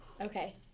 Okay